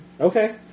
Okay